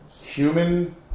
human